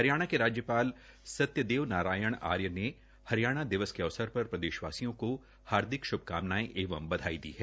हरियाणा के राज्यपाल श्री सत्यदेव नारायण आर्य ने हरियाणा दिवस के अवसर पर प्रदेशवासियों को हार्दिक शुभकामनाएं एवं बधाई दी हैं